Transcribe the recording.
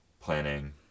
planning